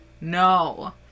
No